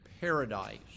paradise